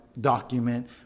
document